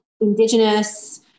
indigenous